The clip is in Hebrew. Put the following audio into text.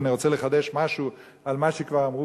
אם אני רוצה לחדש משהו על מה שכבר אמרו